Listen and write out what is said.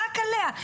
רק עליה.